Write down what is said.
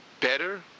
better